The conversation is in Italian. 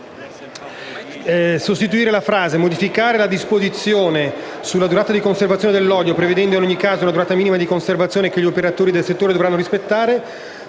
volte a modificare la disposizione sulla durata di conservazione dell'olio, prevedendo, in ogni caso, una durata minima di conservazione che gli operatori del settore devono rispettare.